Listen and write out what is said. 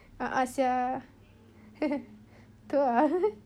a'ah [sial] itu lah